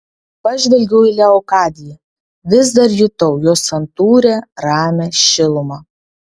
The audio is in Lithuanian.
pažvelgiau į leokadiją vis dar jutau jos santūrią ramią šilumą